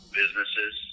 businesses